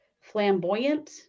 flamboyant